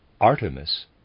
Artemis